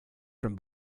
from